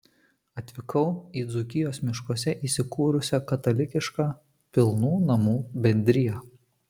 atvykau į dzūkijos miškuose įsikūrusią katalikišką pilnų namų bendriją